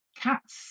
cats